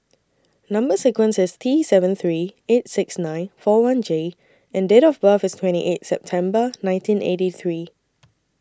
Number sequence IS T seven three eight six nine four one J and Date of birth IS twenty eight September nineteen eighty three